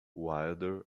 wilder